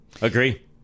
agree